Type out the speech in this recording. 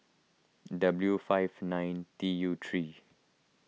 W five nine T U three